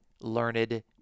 learned